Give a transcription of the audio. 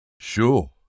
Sure